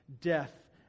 death